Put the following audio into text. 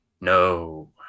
No